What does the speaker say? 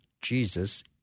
Jesus